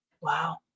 Wow